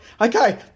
okay